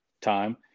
time